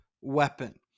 weapon